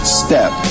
step